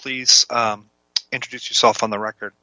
please introduce yourself on the record